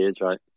right